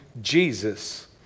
Jesus